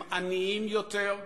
הם עניים יותר,